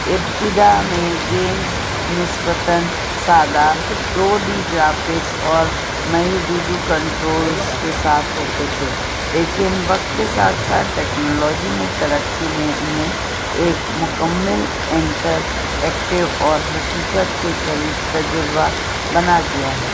ابتدا میں گیمز نسبتاً سادہ دو ڈی گرافکس اور می دودو کنٹرولس کے ساتھ ہوتے تھے لیکن وقت کے ساتھ ساتھ ٹیکنالوجی میں ترقی نے انہیں ایک مکمل انٹرایکٹو اور حقیقت کے قریب تجربہ بنا دیا ہے